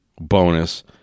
bonus